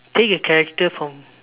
take a character from